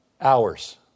hours